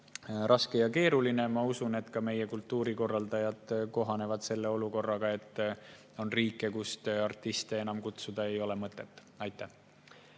raske ja keeruline. Ma usun, et ka meie kultuurikorraldajad kohanevad selle olukorraga, et on riike, kust artiste siia esinema kutsuda ei ole enam mõtet.